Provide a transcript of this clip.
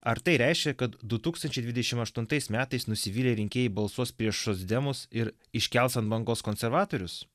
ar tai reiškia kad du tūkstančiai dvidešim aštuntais metais nusivylę rinkėjai balsuos prieš socdemus ir iškels ant bangos konservatorius